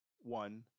One